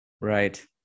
right